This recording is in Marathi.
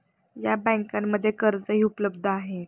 या बँकांमध्ये कर्जही उपलब्ध आहे